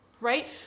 right